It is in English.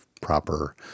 proper